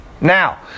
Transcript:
Now